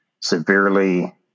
severely